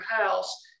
house